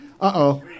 Uh-oh